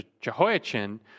Jehoiachin